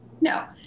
no